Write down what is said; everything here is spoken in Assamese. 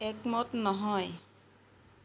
একমত নহয়